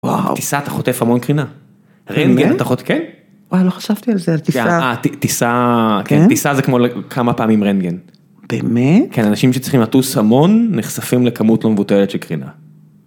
בטיסה אתה חוטף המון קרינה. רנגטן אתה חוטף... אני לא חשבתי על זה. טיסה זה כמו כמה פעמים רנטגן. באמת? כן, אנשים שצריכים לטוס המון נחשפים לכמות לא מבוטלת של קרינה.